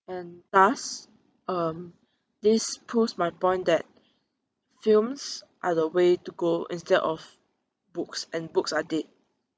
and thus um this proves my point that films are the way to go instead of books and books are dead